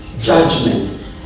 Judgment